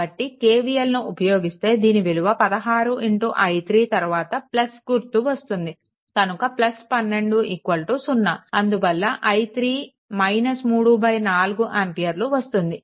కాబట్టి KVLని ఉపయోగిస్తే దీని విలువ 16 i3 తరువాత గుర్తు వస్తుంది కనుక 12 0 అందువల్ల i3 3 4 ఆంపియర్లు వస్తుంది